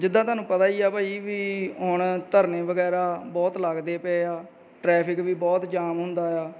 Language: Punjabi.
ਜਿੱਦਾਂ ਤੁਹਾਨੂੰ ਪਤਾ ਹੀ ਆ ਭਾਅ ਜੀ ਵੀ ਹੁਣ ਧਰਨੇ ਵਗੈਰਾ ਬਹੁਤ ਲੱਗਦੇ ਪਏ ਆ ਟਰੈਫਿਕ ਵੀ ਬਹੁਤ ਜਾਮ ਹੁੰਦਾ ਆ